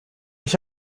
ich